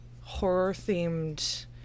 horror-themed